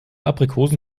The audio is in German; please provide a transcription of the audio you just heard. aprikosen